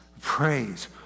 Praise